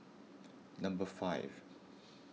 number five